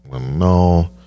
No